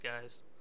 guys